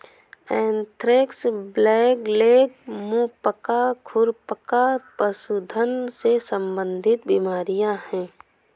anthrax, blackleg, मुंह पका, खुर पका पशुधन से संबंधित बीमारियां हैं